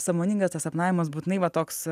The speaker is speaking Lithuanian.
sąmoningas tas sapnavimas būtinai va toks